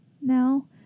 now